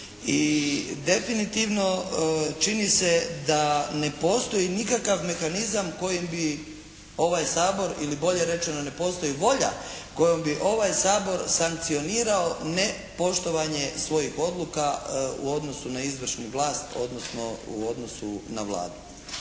i definitivno čini se da ne postoji nikakav mehanizam kojim bi ovaj Sabor ili bolje rečeno ne postoji volja kojom bi ovaj Sabor sankcionirao nepoštovanje svojih odluka u odnosu na izvršnu vlast odnosno u odnosu na Vladu,